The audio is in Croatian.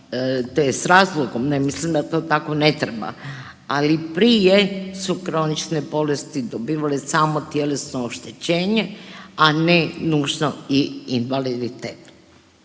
te s razlogom, ne mislim da to tako ne treba, ali prije su kronične bolesti dobivale samo tjelesno oštećenje, a ne nužno i invaliditet.